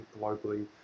globally